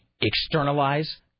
externalize